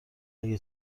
اگه